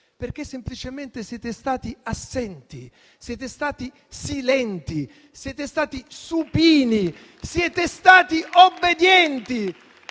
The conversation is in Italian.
perché semplicemente siete stati assenti, siete stati silenti, siete stati supini, siete stati obbedienti.